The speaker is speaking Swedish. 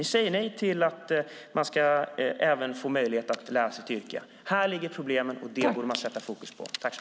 Ni säger nej till att man ska få möjlighet att lära sig ett yrke. Där ligger problemen. Det borde man sätta fokus på.